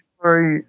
sorry